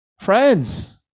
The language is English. friends